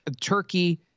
Turkey